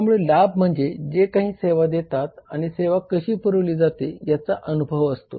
त्यामुळे लाभ म्हणजे जे काही सेवा देतात आणि सेवा कशी पुरवली जाते याचा अनुभव असतो